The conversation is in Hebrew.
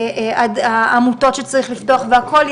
העמותות שצריך לפתוח והכל.